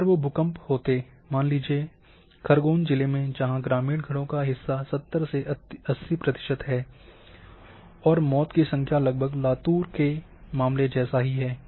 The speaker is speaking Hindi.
अगर वो भूकम्प होते मान लीजिए खरगोन जिले में जहाँ ग्रामीण घरों का हिस्सा 70 से 80 प्रतिशत है और मौत की संख्या लगभग लातूर के मामले जैसा ही है